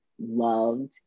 loved